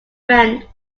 friend